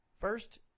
First